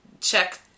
check